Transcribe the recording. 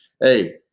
Hey